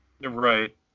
Right